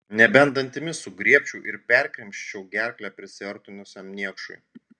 nebent dantimis sugriebčiau ir perkrimsčiau gerklę prisiartinusiam niekšui